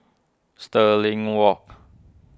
Stirling Walk